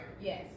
Yes